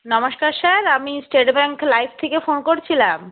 নমস্কার স্যার আমি state bank life থেকে ফোন করছিলাম